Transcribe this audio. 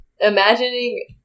imagining